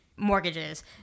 Mortgages